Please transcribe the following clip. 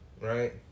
Right